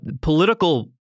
political